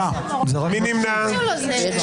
הצבעה לא אושרו.